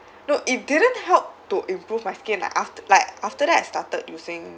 no it didn't help to improve my skin like after like after that I started using